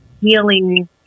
healing